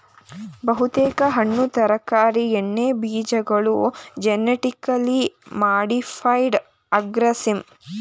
ಬಹುತೇಕ ಹಣ್ಣು ತರಕಾರಿ ಎಣ್ಣೆಬೀಜಗಳು ಜೆನಿಟಿಕಲಿ ಮಾಡಿಫೈಡ್ ಆರ್ಗನಿಸಂ